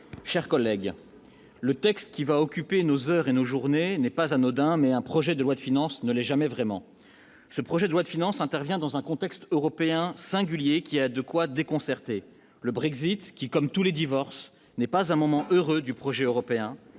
chers collègues, le texte qui va occuper nos heures et nos journées n'est pas anodin mais un projet de loi de finances ne l'ai jamais vraiment ce projet de loi de finances intervient dans un contexte européen singulier qui a de quoi déconcerter le Brexit qui, comme tous les divorces n'est pas un moment heureux du projet européen